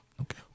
Okay